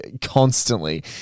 constantly